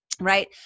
right